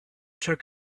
took